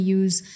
use